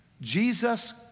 Jesus